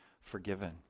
forgiven